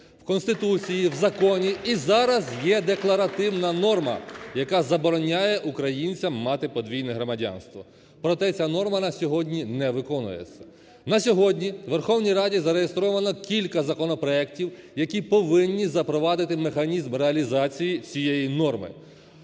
В Конституції, в законі і зараз є декларативна норма, яка забороняє українцям мати подвійне громадянство. Проте ця норма на сьогодні не виконується. На сьогодні у Верховній Раді зареєстровано кілька законопроектів, які повинні запровадити механізм реалізації цієї норми.